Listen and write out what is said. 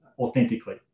authentically